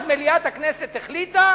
אז מליאת הכנסת החליטה